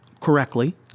correctly